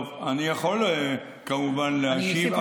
טוב, אני יכול כמובן להשיב.